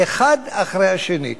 אחד אחרי השני,